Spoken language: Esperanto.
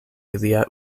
ilia